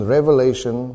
Revelation